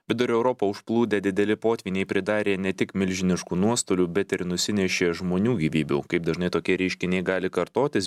vidurio europą užplūdę dideli potvyniai pridarė ne tik milžiniškų nuostolių bet ir nusinešė žmonių gyvybių kaip dažnai tokie reiškiniai gali kartotis